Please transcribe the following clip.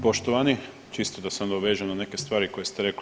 Poštovani, čisto da se nadovežem na neke stvari koje ste rekli.